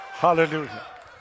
Hallelujah